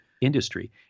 industry